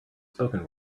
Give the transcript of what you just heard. spoken